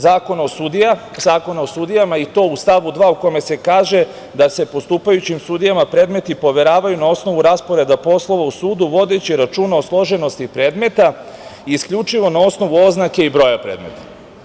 Zakona o sudijama i to u stavu 2. u kome se kaže da se – postupajućim sudijama predmeti poveravaju na osnovu rasporeda poslova u sudu, vodeći računa o složenosti predmeta, i isključivo na osnovu oznake i broja predmeta.